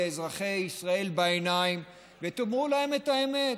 לאזרחי ישראל בעיניים ותאמרו להם את האמת: